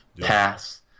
Pass